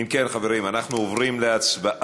אם כן, חברים, אנחנו עוברים להצבעה.